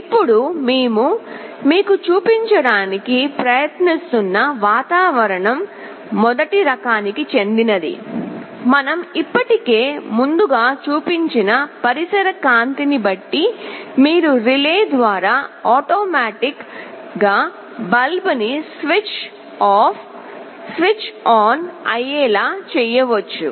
ఇప్పుడు మేము మీకు చూపించడానికి ప్రయత్నిస్తున్న వాతావరణం మొదటి రకానికి చెందినది మనం ఇప్పటికే ముందుగా చూపించిన పరిసర కాంతి ని బట్టి మీరు రిలే ద్వారా ఆటోమేటిక్ గా బల్బ్ ని స్విచ్ ఆఫ్ స్విచ్ ఆన్ అయ్యేలా చేయవచ్చు